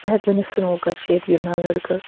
بہٕ ہٮ۪کہٕ ؤنِتھ سُنوکَر چھِ ییٚتہِ گِنٛدان لَڑکہٕ